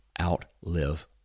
outlive